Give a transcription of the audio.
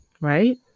right